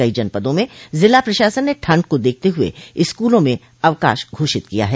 कई जनपदों में जिला प्रशासन ने ठंड को देखते हुए स्कूलों में अवकाश घोषित किया है